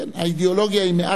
כן, האידיאולוגיה היא מעט,